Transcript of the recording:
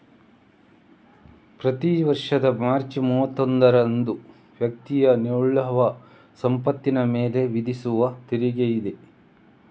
ಪ್ರತಿ ವರ್ಷದ ಮಾರ್ಚ್ ಮೂವತ್ತೊಂದರಂದು ವ್ಯಕ್ತಿಯ ನಿವ್ವಳ ಸಂಪತ್ತಿನ ಮೇಲೆ ವಿಧಿಸುವ ತೆರಿಗೆಯಿದೆ